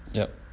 yup